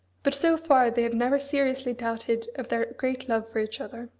but so far they have never seriously doubted of their great love for each other.